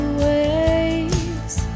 waves